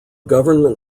government